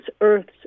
earth's